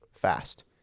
fast